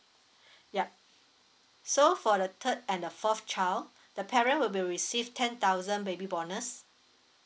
yup so for the third and the fourth child the parent will be received ten thousand baby bonus